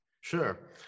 Sure